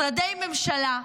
משרדי ממשלה,